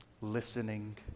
listening